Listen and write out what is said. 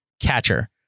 catcher